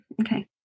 Okay